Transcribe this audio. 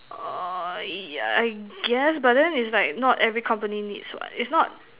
orh yeah I guess but then is like not every company needs what it's not